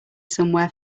somewhere